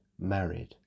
married